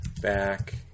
Back